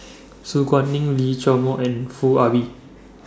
Su Guaning Lee Chiaw Meng and Foo Ah Bee